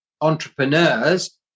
entrepreneurs